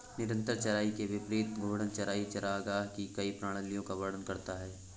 निरंतर चराई के विपरीत घूर्णन चराई चरागाह की कई प्रणालियों का वर्णन करता है